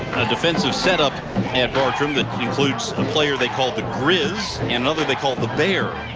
a defensive set-up at bartram that and player they call the griz and another they call the bear.